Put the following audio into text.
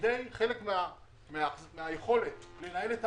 צריך להוציא משם הרבה מבנים שהוספו לאורך השנים.